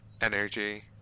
energy